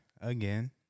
again